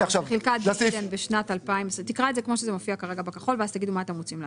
בשנת 2021 או בתקופת הזכאות,"